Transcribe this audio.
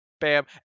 bam